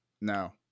No